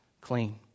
clean